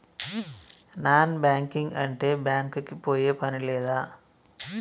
Non banking అంటే bank కి పోయే పని లేదా?